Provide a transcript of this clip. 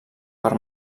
per